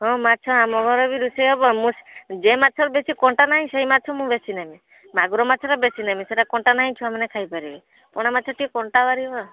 ହଁ ମାଛ ଆମ ଘରେବି ରୋଷେଇ ହେବ ମୁଁ ଯେ ମାଛରେ ବେଶୀ କଣ୍ଟା ନାଇଁ ସେଇ ମାଛ ମୁଁ ବେଶୀ ନେମି ମାଗୁର ମାଛଟା ବେଶୀ ନେମି ସେଟା କଣ୍ଟା ନାଇଁ ଛୁଆମାନେ ଖାଇପାରିବେ ପୋହଣା ମାଛ ଟିକିଏ କଣ୍ଟା ଭାରିନା